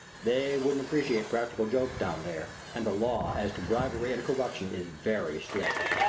they wouldn't appreciate practical jokes down there and the law as to bribery and corruption is very strict.